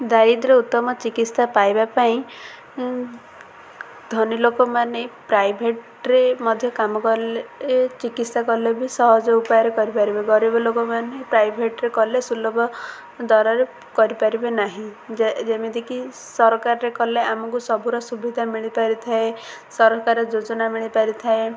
ଦାରିଦ୍ର୍ୟ ଉତ୍ତମ ଚିକିତ୍ସା ପାଇବା ପାଇଁ ଧନୀ ଲୋକମାନେ ପ୍ରାଇଭେଟ୍ରେ ମଧ୍ୟ କାମ କଲେ ଚିକିତ୍ସା କଲେ ବି ସହଜ ଉପାୟରେ କରିପାରିବେ ଗରିବ ଲୋକମାନେ ପ୍ରାଇଭେଟ୍ରେ କଲେ ସୁଲଭ ଦରରେ କରିପାରିବେ ନାହିଁ ଯେମିତିକି ସରକାରରେ କଲେ ଆମକୁ ସବୁର ସୁବିଧା ମିଳିପାରି ଥାଏ ସରକାର ଯୋଜନା ମିଳିପାରିଥାଏ